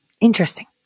Interesting